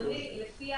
לפי